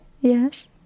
yes